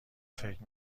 فکر